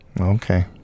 Okay